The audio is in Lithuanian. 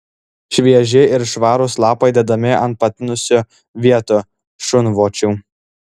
švieži ir švarūs lapai dedami ant patinusių vietų šunvočių